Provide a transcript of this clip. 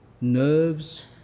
nerves